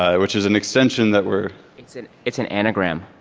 ah which is an extension that we're it's an it's an anagram.